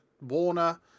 Warner